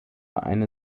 eine